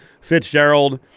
Fitzgerald